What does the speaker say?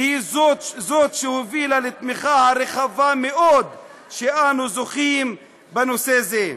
והיא שהובילה לתמיכה רחבה מאוד שאנו זוכים בנושא זה.